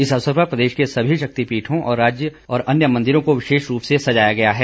इस अवसर पर प्रदेश के सभी शक्तिपीठों और अन्य मंदिरों को विशेष रूप से सजाया गया है